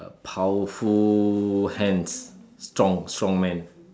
powerful hands strong strong man